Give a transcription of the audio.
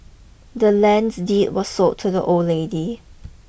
the land's deed was sold to the old lady